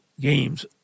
games